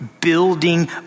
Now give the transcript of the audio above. building